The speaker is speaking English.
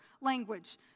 language